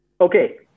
Okay